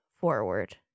forward